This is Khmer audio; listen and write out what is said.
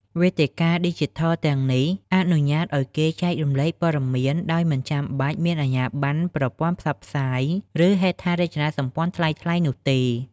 វេទិកាឌីជីថលទាំងនេះអនុញ្ញាតឱ្យគេចែករំលែកព័ត៌មានដោយមិនចាំបាច់មានអាជ្ញាប័ណ្ណប្រព័ន្ធផ្សព្វផ្សាយ ឬហេដ្ឋារចនាសម្ព័ន្ធថ្លៃៗនោះទេ។